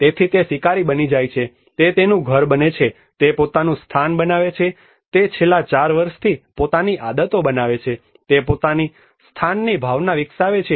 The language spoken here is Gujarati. તેથી તે શિકારી બની જાય છે તે તેનું ઘર બને છે તે પોતાનું સ્થાન બનાવે છે તે છેલ્લા 4 વર્ષથી પોતાની આદતો બનાવે છે તે પોતાની સ્થાનની ભાવના વિકસાવે છે